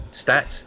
stats